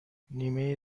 نیمه